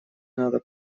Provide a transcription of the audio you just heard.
надо